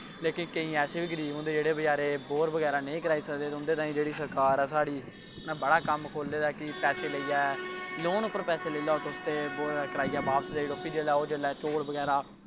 लेकिन केईं ऐसे बी गरीब बचैरे होंदे बौर बगैरा नेईं कराई सकदे उं'दे तांई सरकार ऐ साढ़ी उ'नैं बड़ा कम्म खोह्ले दा कि पैहे लेई जा लोन पर पैसे लेी जाओ तुस ते बौर कराइयै बापस देई ओड़ो फ्ही ओह् जिसलै